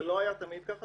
זה לא היה תמיד ככה,